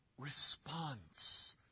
response